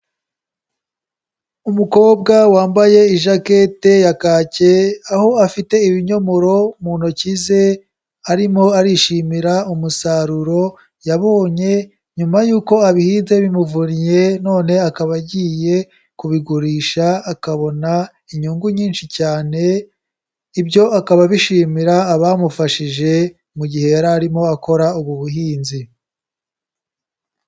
Umukobwa wambaye ijakete ya kakee aho afite ibinyomoro mu ntoki ze arimo arishimira umusaruro yabonye nyuma y'uko abihinze bimuvunnye, none akaba agiye kubigurisha akabona inyungu nyinshi cyane, ibyo akaba abishimira abamufashije mu gihe yari arimo akora ubu buhinzi.